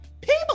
people